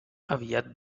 aviat